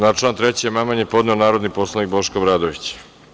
Na član 3. amandman je podneo narodni poslanik Boško Obradović.